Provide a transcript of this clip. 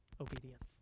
obedience